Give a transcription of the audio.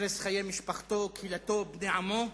הרס חיי משפחתו, קהילתו, בני עמו?